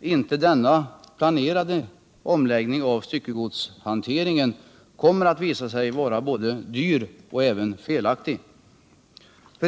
inte denna planerade omläggning av styckegodshanteringen kommer att visa sig både dyr och felaktig.